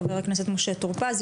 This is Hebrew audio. חבר הכנסת משה טור פז,